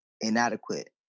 inadequate